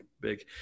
big